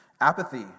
Apathy